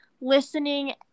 listening